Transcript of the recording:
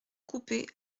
coupet